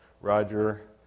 Roger